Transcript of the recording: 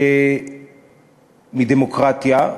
שמדמוקרטיה,